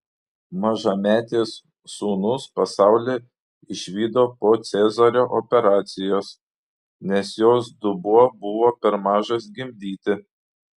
mažametės sūnus pasaulį išvydo po cezario operacijos nes jos dubuo buvo per mažas gimdyti